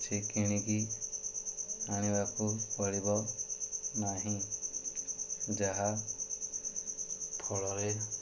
କିଛି କିଣିକି ଆଣିବାକୁ ପଡ଼ିବ ନାହିଁ ଯାହା ଫଳରେ